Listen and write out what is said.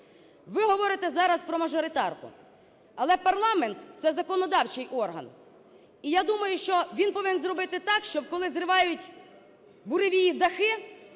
Ви говорите зараз про мажоритарку. Але парламент – це законодавчий орган. І я думаю, що він повинен зробити так, щоб, коли зривають буревії дахи,